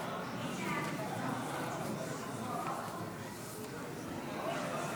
אני קובע כי הצעת חוק התוכנית הכלכלית (תיקוני